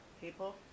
people